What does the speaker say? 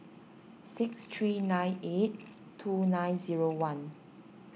six three nine eight two nine zero one